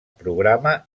programa